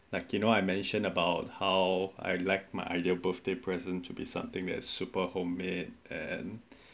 like my ideal present to be something that's super homemade and